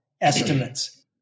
estimates